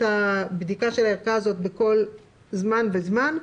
הבדיקה של הערכה הזאת בכל זמן וזמן,